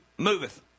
Moveth